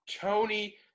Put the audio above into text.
Tony